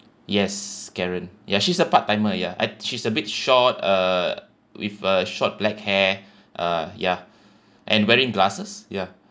yes karen ya she's a part timer ya uh she's a bit short uh with a short black hair uh ya and wearing glasses ya